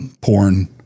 porn